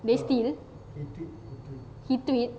dia steal he tweet